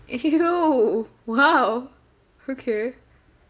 !eww! !wow! okay